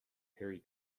henry